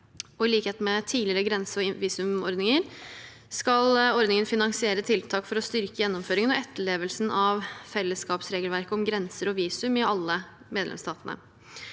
I likhet med tidligere grense- og visumordninger skal ordningen finansiere tiltak for å styrke gjennomføringen og etterlevelsen av fellesskapsregelverket om grenser og visum i alle medlemsstatene.